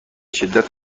شدت